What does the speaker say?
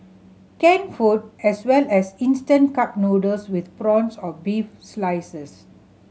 canned food as well as instant cup noodles with prawns or beef slices